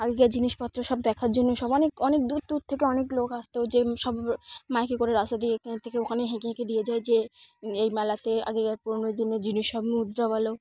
আগেকার জিনিসপত্র সব দেখার জন্য সব অনেক অনেক দূর দূর থেকে অনেক লোক আসতো যে সব মাইকে করে রাস্তা দিয়ে এখান থেকে ওখানে হেঁক হেঁকে দিয়ে যায় যে এই মেলাতে আগেকার পুরোনো দিনের জিনিস সব মুদ্রা বলালো